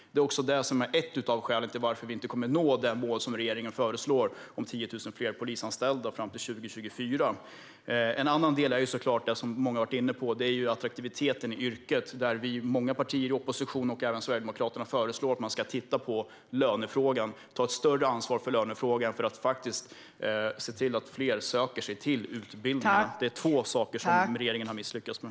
Detta är också ett av skälen till att vi inte kommer att nå regeringens föreslagna mål om 10 000 fler polisanställda fram till 2024. En annan del är såklart, som många har varit inne på, yrkets attraktivitet. Många partier i opposition, även Sverigedemokraterna, föreslår att man ska titta på lönefrågan och ta ett större ansvar för den för att se till att fler söker sig till utbildningarna. Det är två saker som regeringen har misslyckats med.